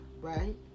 right